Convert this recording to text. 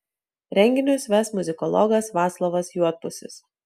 renginius ves muzikologas vaclovas juodpusis